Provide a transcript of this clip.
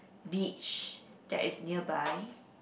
beach that is nearby